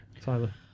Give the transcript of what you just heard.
Tyler